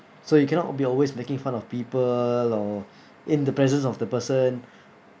so you cannot be always making fun of people or in the presence of the person